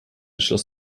schloss